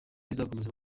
izakomeza